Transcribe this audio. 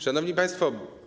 Szanowni Państwo!